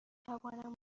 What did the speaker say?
توانم